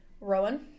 Rowan